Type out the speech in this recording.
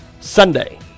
Sunday